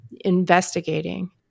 investigating